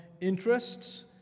interests